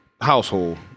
household